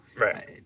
Right